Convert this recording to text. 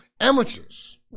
amateurs